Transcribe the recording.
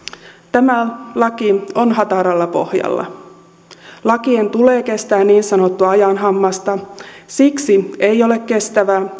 tämä laki on hataralla pohjalla lakien tulee kestää niin sanottua ajan hammasta siksi ei ole kestävää